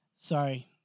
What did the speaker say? Sorry